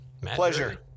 Pleasure